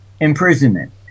imprisonment